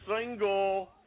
single